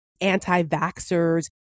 anti-vaxxers